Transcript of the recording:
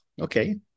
Okay